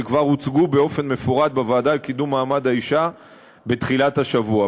שכבר הוצגו באופן מפורט בוועדה לקידום מעמד האישה בתחילת השבוע.